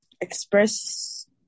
express